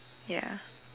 ya